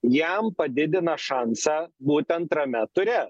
jam padidina šansą būt antrame ture